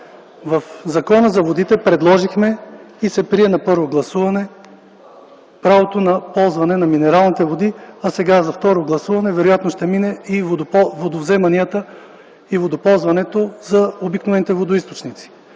В Закона за водите предложихме и се прие на първо гласуване правото на ползване на минералните води. Сега на второ гласуване вероятно ще минат водоползванията и водовземанията за обикновените водоизточници.